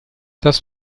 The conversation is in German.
das